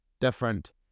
Different